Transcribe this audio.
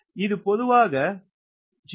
இது பொதுவாக 0